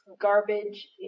garbage